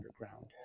underground